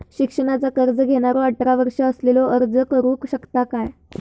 शिक्षणाचा कर्ज घेणारो अठरा वर्ष असलेलो अर्ज करू शकता काय?